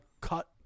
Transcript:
cut